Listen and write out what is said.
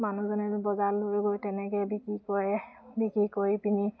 মানুহজনে বজাৰত লৈ গৈ তেনেকৈ বিক্ৰী কৰে বিক্ৰী কৰি পিনি